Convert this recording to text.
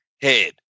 head